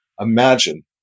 Imagine